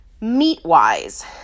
Meat-wise